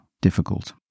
difficult